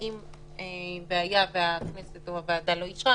והיה והוועדה לא אישרה,